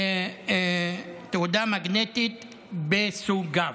תהודה מגנטית וסוגיו,